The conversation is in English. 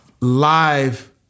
live